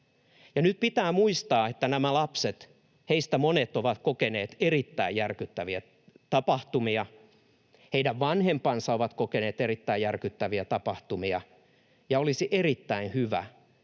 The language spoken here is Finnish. Nyt pitää muistaa, että nämä lapset, heistä monet, ovat kokeneet erittäin järkyttäviä tapahtumia, heidän vanhempansa ovat kokeneet erittäin järkyttäviä tapahtumia. Olisi erittäin hyvä,